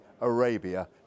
Arabia